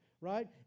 right